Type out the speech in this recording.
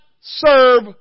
serve